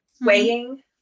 weighing